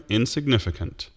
insignificant